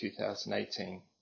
2018